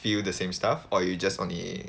feel the same stuff or you just only